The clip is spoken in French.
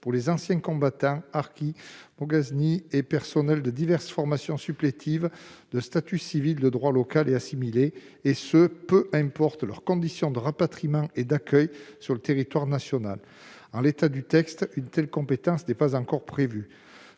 pour les anciens combattants harkis et moghaznis et pour le personnel de diverses formations supplétives de statut civil de droit local et assimilé, et cela peu importe leurs conditions de rapatriement et d'accueil sur le territoire national. En l'état actuel du texte, une telle compétence n'est pas encore prévue.